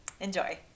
Enjoy